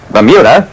Bermuda